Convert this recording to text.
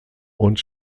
und